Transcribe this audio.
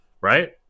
right